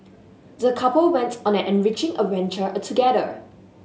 the couple went on an enriching adventure together